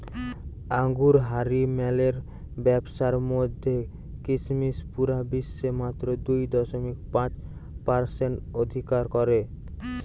আঙুরহারি মালের ব্যাবসার মধ্যে কিসমিস পুরা বিশ্বে মাত্র দুই দশমিক পাঁচ পারসেন্ট অধিকার করে